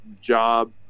job